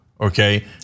Okay